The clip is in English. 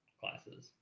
classes